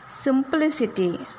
simplicity